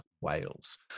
Wales